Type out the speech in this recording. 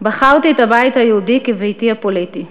בחרתי את הבית היהודי כביתי הפוליטי.